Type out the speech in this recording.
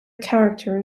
character